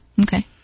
Okay